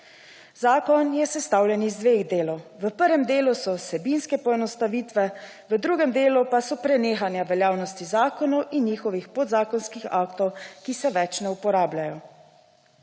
Zakon je sestavljen iz dveh delov. V prvem delu so vsebinske poenostavitve, v drugem delu pa so prenehanja veljavnosti zakonov in njihovih podzakonskih aktov, ki se več ne uporabljajo.